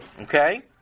Okay